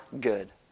good